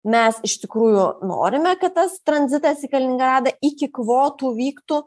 mes iš tikrųjų norime kad tas tranzitas į kaliningradą iki kvotų vyktų